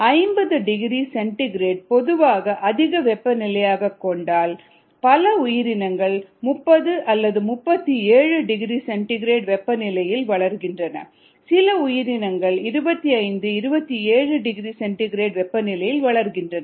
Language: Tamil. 50 டிகிரி சென்டிகிரேட் பொதுவாக அதிக வெப்பநிலையாக கொண்டால் பல உயிரினங்கள் 30 37 டிகிரி சென்டிகிரேட் வெப்பநிலையில் வளர்கின்றன சில உயிரினங்கள் 25 27 டிகிரி சென்டிகிரேட் வெப்பநிலையில் வளர்கின்றன